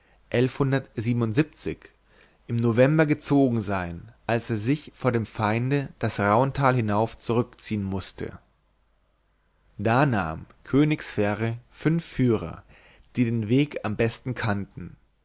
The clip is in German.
im november gezogen sein als er sich vor dem feinde das rauntal hinauf zurückziehen mußte da nahm könig sverre fünf führer die den weg am besten kannten